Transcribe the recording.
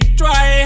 try